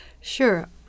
Sure